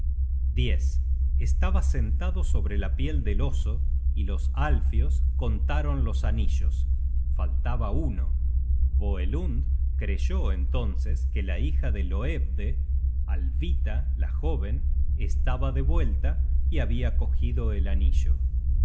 at estaba sentado sobre la piel del oso y los alfios contaron los anillos faltaba uno voelund creyó entonces que la hija de hloedve alhvita la jóven estaba de vuelta y habia cogido el anillo